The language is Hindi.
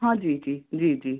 हाँ जी जी जी जी